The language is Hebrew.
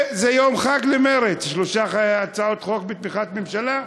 וזה יום חג למרצ: שלוש הצעות חוק בתמיכת הממשלה,